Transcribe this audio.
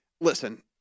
listen